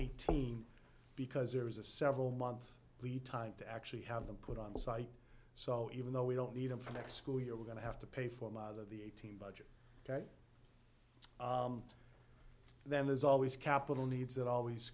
eighteen because there is a several month lead time to actually have them put on the site so even though we don't need them for next school year we're going to have to pay for a lot of the eighteen budget then there's always capital needs that always